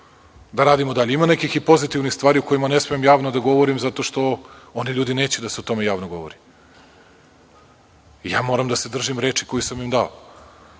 da radimo i dalje. Ima nekih i pozitivnih stvari o kojima ne smem javno da govorim zato što oni ljudi neće da se o tome javno govori. Ja moram da se držim reči koju sam im dao.